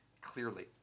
clearly